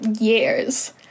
years